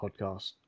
podcast